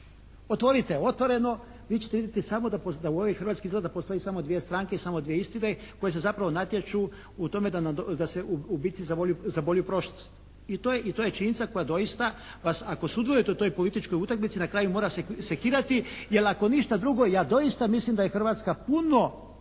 otvorite "Otvoreno" vi ćete vidjeti samo da u ovoj Hrvatskoj izgleda postoje samo dvije stranke i samo dvije istine koje se zapravo natječu u tome da se u bitci za bolju prošlost i to je činjenica koja doista ako sudjelujete u toj političkoj utakmici na kraju mora se sekirati, jer ako ništa drugo ja doista mislim da je Hrvatska puno